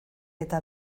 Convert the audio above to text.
eta